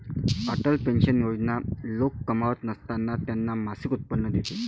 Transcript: Atal pension योजना लोक कमावत नसताना त्यांना मासिक उत्पन्न देते